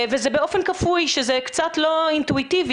וזה באופן כפוי שזה קצת לא אינטואיטיבי,